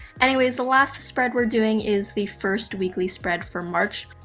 anyways, the last spread we're doing is the first weekly spread for march.